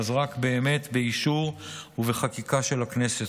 אז רק באישור ובחקיקה של הכנסת.